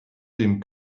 dem